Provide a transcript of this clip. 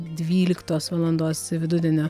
dvyliktos valandos vidudienio